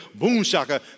Boomshaka